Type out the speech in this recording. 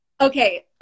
okay